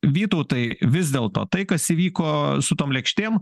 vytautai vis dėlto tai kas įvyko su tom lėkštėm